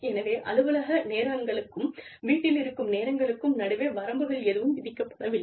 எனவே அலுவலக நேரங்களுக்கும் வீட்டில் இருக்கும் நேரங்களுக்கும் நடுவே வரம்புகள் எதுவும் விதிக்கப்படவில்லை